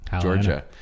Georgia